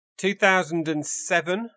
2007